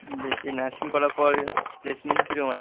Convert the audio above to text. বেশ এ নার্সিং করার পর প্লেসমেন্ট কীরকম আছে